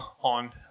on